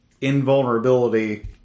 invulnerability